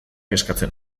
eskatzen